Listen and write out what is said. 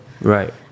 Right